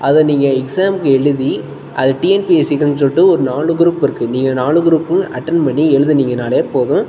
அதை நீங்கள் எக்ஸாம் எழுதி அது டிஎன்பிஎஸ்சிக்குன்னு சொல்லிட்டு ஒரு நாலு குரூப் இருக்குது நீங்கள் நாலு குரூப்பும் அட்டென்ட் பண்ணி எழுதுனீங்கனாலே போதும்